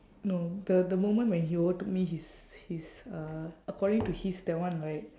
no the the moment when he overtook me his his uh according to his that one right